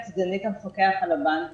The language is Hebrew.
אני סגנית המפקח על הבנקים.